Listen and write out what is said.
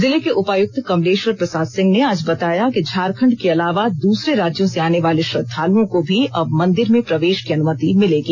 जिले के उपायुक्त कमलेश्वर प्रसाद सिंह ने आज बताया कि झारखंड के अलावा दूसरे राज्यों से आने वाले श्रद्धालुओं को भी अब मंदिर में प्रवेश की अनुमति मिलेगी